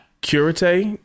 curate